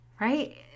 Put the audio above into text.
right